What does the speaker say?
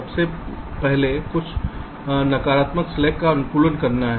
सबसे पहले कुल नकारात्मक स्लैक का अनुकूलन करना है